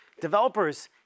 Developers